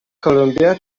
colombia